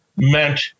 meant